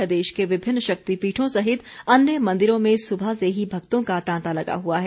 प्रदेश के विभिन्न शक्तिपीठों सहित अन्य मंदिरों में सुबह से ही भक्तों का तांता लगा हुआ है